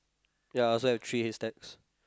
ya I also have three hay stacks